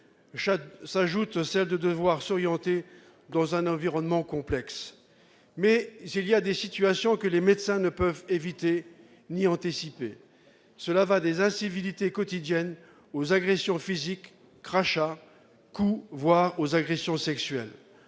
s'ajoute celle de devoir s'orienter dans un environnement complexe. Mais il y a des situations que les médecins ne peuvent ni éviter ni anticiper : cela va des incivilités quotidiennes aux agressions physiques- crachats, coups ...-, voire aux agressions sexuelles.